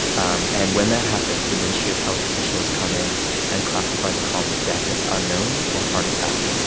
um and when that happens, the ministry of health officials come in and classify the cause of death as unknown or heart attack.